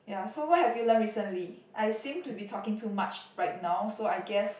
ya so what have you learnt recently I seem to be talking too much right now so I guess